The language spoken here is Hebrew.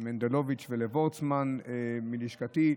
למנדלוביץ' ולוורצמן מלשכתי.